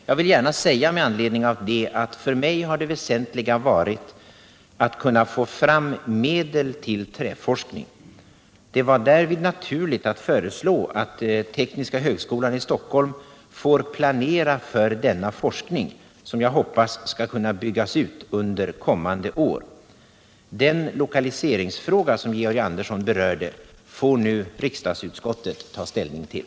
Jag vill gärna säga med anledning av det att för mig har det väsentliga varit att kunna få fram medel till träforskning. Det var därvid naturligt att föreslå att tekniska högskolan i Stockholm får planera för denna forskning, som jag hoppas skall kunna byggas ut under kommande år. Den lokaliseringsfråga som Georg Andersson berörde får nu riksdagens utbildningsutskott ta ställning till.